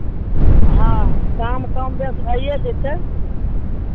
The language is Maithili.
हँ दाम कम बेस भइए जेतै